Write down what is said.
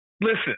listen